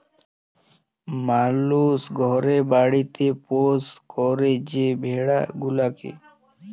মালুস ঘরে বাড়িতে পৌষ্য ক্যরে যে ভেড়া গুলাকে